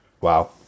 wow